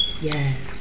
Yes